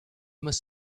must